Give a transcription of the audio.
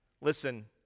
listen